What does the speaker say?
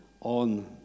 on